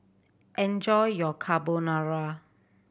enjoy your Carbonara